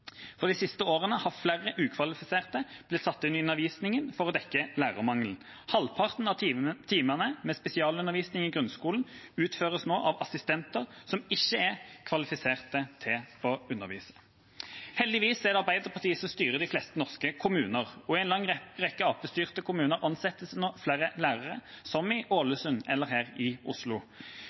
2013. De siste årene har flere ukvalifiserte blitt satt inn i undervisningen for å dekke lærermangelen. Halvparten av timene med spesialundervisning i grunnskolen utføres nå av assistenter som ikke er kvalifisert til å undervise. Heldigvis er det Arbeiderpartiet som styrer de fleste norske kommuner, og en lang rekke Arbeiderparti-styrte kommuner ansetter nå flere lærere, som i Ålesund og her i Oslo.